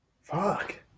Fuck